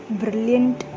brilliant